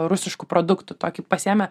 rusiškų produktų tokį pasiėmė